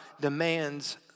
demands